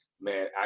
man